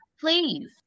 please